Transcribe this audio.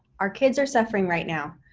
our kids are suffering right now.